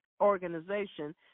Organization